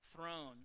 throne